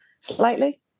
Slightly